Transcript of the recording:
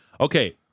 Okay